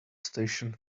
station